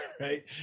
right